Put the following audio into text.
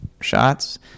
shots